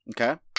Okay